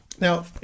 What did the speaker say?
Now